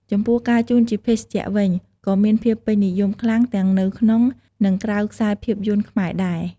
ចំពោះការជូនជាភេសជ្ជៈវិញ ក៏មានភាពពេញនិយមខ្លាំងទាំងនៅក្នុង និងក្រៅខ្សែភាពយន្តខ្មែរដែរ។